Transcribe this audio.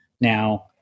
Now